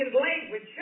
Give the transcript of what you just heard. language